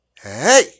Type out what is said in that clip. hey